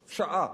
שעה,